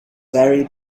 very